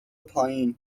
پایین